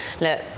look